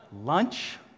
lunch